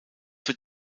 wird